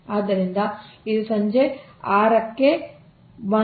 ಆದ್ದರಿಂದ ಇದು ಸಂಜೆ 6 ಕ್ಕೆ 1